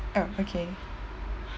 uh okay